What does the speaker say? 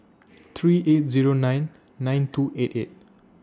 three eight Zero nine nine two eight eight